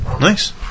Nice